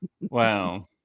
Wow